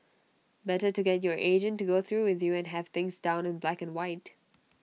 better to get your agent to go through with you and have things down in black and white